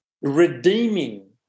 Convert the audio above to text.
redeeming